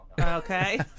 Okay